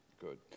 Good